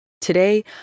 Today